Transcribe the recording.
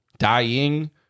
Dying